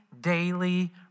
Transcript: daily